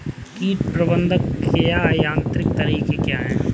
कीट प्रबंधक के यांत्रिक तरीके क्या हैं?